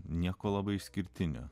nieko labai išskirtinio